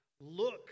Look